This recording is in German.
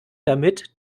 damit